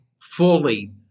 fully